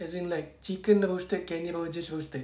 as in like chicken roasted kenny rogers roasted